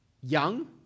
young